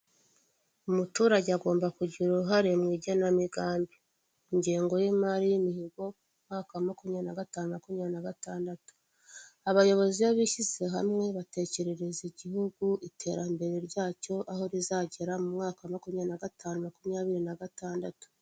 Umuturage agomba kugira uruhare mu igenamigambi. Ingengo y'imari y'imihigo umwaka wa makumyabiri na gatanu, makumyabiri na gatandatu. Abayobozi bishyize hamwe batekerereza igihugu iterambere ryacyo aho rizagera mu mwaka wa makumyabiri na gatanu, makumyabiri na gatandatu.